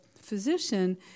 physician